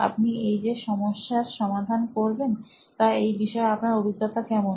আপনি এই যে সমস্যার সমাধান করবেন তা এই বিষয়ে আপনার অভিজ্ঞতা কেমন